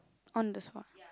on the spot